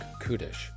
Kudish